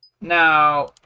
Now